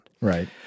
Right